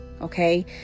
Okay